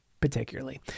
particularly